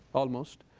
almost.